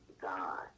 God